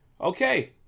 Okay